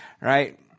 right